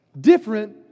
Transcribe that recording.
Different